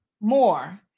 more